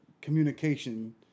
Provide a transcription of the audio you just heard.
communication